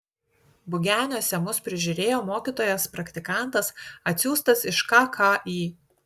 bugeniuose mus prižiūrėjo mokytojas praktikantas atsiųstas iš kki